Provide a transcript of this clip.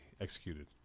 executed